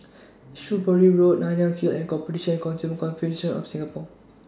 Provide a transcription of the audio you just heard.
Shrewsbury Road Nanyang Hill and Competition Consumer Commission of Singapore